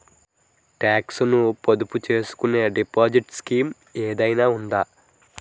Talks ను పొదుపు చేసుకునే డిపాజిట్ స్కీం ఏదైనా ఉందా?